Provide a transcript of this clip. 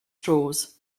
straws